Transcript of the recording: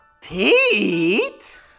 Pete